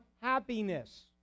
happiness